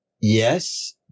yes